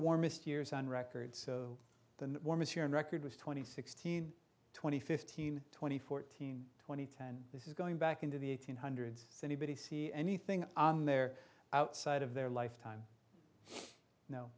warmest years on record so the warmest year on record was twenty sixteen twenty fifteen twenty fourteen twenty ten this is going back into the eighteen hundreds anybody see anything on there outside of their lifetime